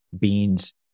beans